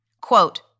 Quote